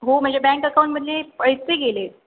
हो म्हणजे बँक अकाऊंटमधले पैसे गेले